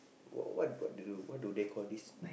what what they do what do they call this